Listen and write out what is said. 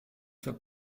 für